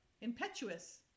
impetuous